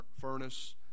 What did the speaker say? furnace